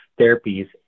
therapies